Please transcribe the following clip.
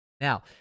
Now